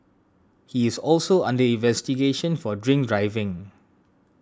he is also under investigation for drink driving